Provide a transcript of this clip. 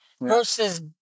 versus